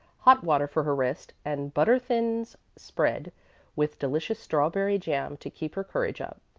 hot water for her wrist, and butter-thins spread with delicious strawberry jam to keep her courage up.